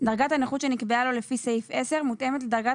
דרגת הנכות שנקבעה לו לפי סעיף 10 מותאמת לדרגת